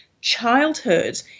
childhood